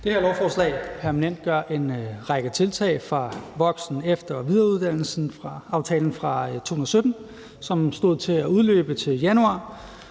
Det her lovforslag permanentgør en række tiltag fra voksen-, efter- og videreuddannelsesaftalen fra 2017, som stod til at udløbe til januar,